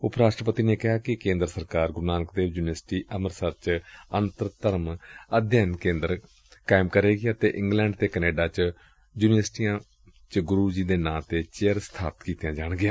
ਉਪ ਰਾਸਟਰਪਤੀ ਨੇ ਕਿਹਾ ਕਿ ਕੇਦਰ ਸਰਕਾਰ ਗੁਰੁ ਨਾਨਕ ਦੇਵ ਯੁਨੀਵਰਸਿਟੀ ਅੰਮਿਤਸਰ ਚ ਅੰਤਰ ਧਰਮ ਅਧਿਐਨ ਕੇਦਰ ਕਾਇਮ ਕਰੇਗੀ ਅਤੇ ਇੰਗਲੈਡ ਤੇ ਕੈਨੇਡਾ ਦੀਆ ਯੂਨੀਵਰਸਿਟੀਆ ਚ ਗੁਰੂ ਜੀ ਦੇ ਨਾਂ ਤੇ ਚੇਅਰ ਸਬਾਪਤ ਕੀਤੀਆਂ ਜਾਣਗੀਆਂ